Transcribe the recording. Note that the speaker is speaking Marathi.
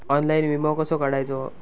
ऑनलाइन विमो कसो काढायचो?